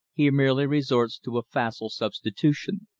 he merely resorts to a facile substitution.